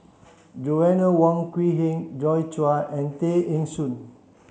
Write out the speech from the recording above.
Joanna Wong Quee Heng Joi Chua and Tay Eng Soon